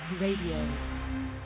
Radio